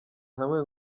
hamwe